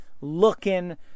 looking